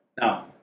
Now